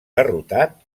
derrotat